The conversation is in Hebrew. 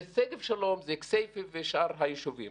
זה שגב שלום, זה כסייפה ושאר היישובים.